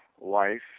life